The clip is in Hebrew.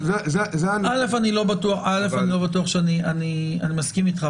אני לא בטוח שאני מסכים איתך,